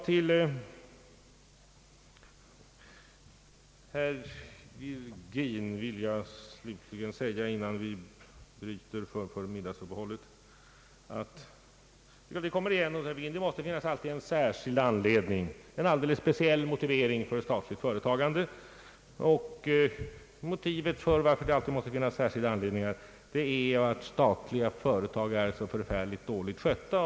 Till herr Virgin vill jag slutligen säga, innan vi bryter för middagsuppehållet, att det inte alltid måste finnas en särskild anledning, en alldeles speciell motivering för statligt företagande. Motivet till att det måste finnas särskilda anledningar är enligt herr Virgin att statliga företag är så förfärligt dåligt skötta.